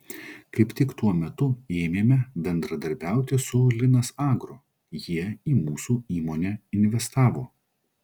kaip tik tuo metu ėmėme bendradarbiauti su linas agro jie į mūsų įmonę investavo